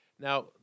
Now